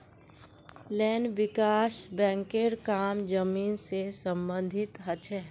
land विकास बैंकेर काम जमीन से सम्बंधित ह छे